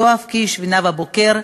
יואב קיש ונאוה בוקר,